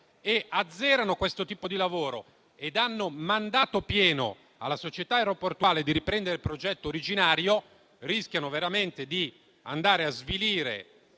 e azzera questo tipo di lavoro, dando mandato pieno alla società aeroportuale di riprendere il progetto originario, si rischia veramente di svilire